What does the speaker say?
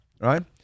right